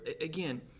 again